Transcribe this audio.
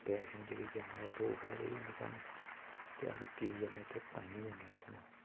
वैष्णो देवी जाने दा ते बिंद दुख ऐ स्हानू ते अस कीऽ जन्ने ते ताईं गै जन्ने सुनो